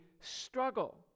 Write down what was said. struggle